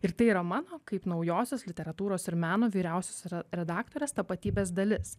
ir tai yra mano kaip naujosios literatūros ir meno vyriausios redaktorės tapatybės dalis